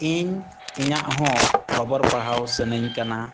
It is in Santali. ᱤᱧ ᱤᱧᱟᱹᱜ ᱦᱚᱸ ᱠᱷᱚᱵᱚᱨ ᱯᱟᱲᱦᱟᱣ ᱥᱟᱱᱟᱹᱧ ᱠᱟᱱᱟ